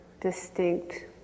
distinct